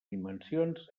dimensions